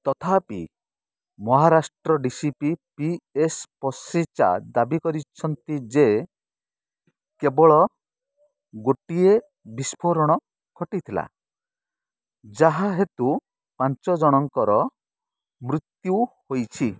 ତଥାପି Maharashtra D C P P S Pasricha ଦାବି କରିଛନ୍ତି ଯେ କେବଳ ଗୋଟିଏ ବିସ୍ଫୋରଣ ଘଟିଥିଲା ଯାହା ହେତୁ ପାଞ୍ଚ ଜଣଙ୍କର ମୃତ୍ୟୁ ହୋଇଛି